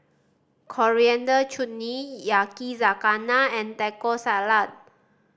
Coriander Chutney Yakizakana and Taco Salad